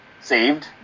saved